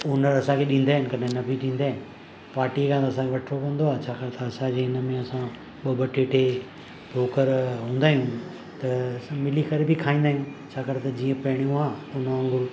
उनरु असांखे ॾींदा आहिनि कॾहिं न बि ॾींदा आहिनि पार्टी खां त असांखे वठिणो पवंदो आहे छाकाणि त असांजे हिनमें असां ॿ ॿ टे टे रोकड़ हूंदा आहियूं त सभु मिली करे बि खाईंदा आहियूं छाकाणि त जीअं पहिरियों आहे हुन वांगुरु